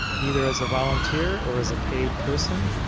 either as a volunteer or as a paid person,